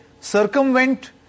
circumvent